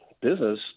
business